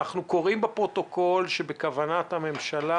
אנחנו קוראים בפרוטוקול שבכוונת הממשלה